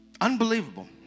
Unbelievable